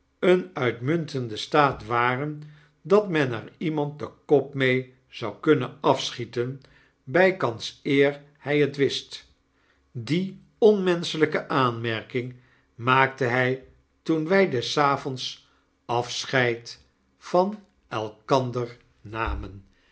een uitmuntenden staat waren dat men er iemand den kop mee zou kunnen afschieten bgkans eer hg het wist die onmenschelgke aanmerking maakte hg toen wg des avonds afscheid van elkander namen